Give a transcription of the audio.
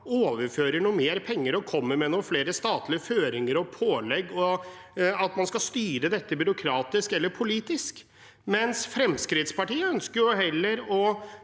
overfører noe mer penger og kommer med noen flere statlige føringer og pålegg, og at man skal styre dette byråkratisk eller politisk. Fremskrittspartiet ønsker heller å